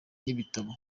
n’ibitabo